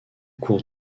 cours